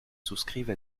souscrivent